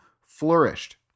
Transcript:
flourished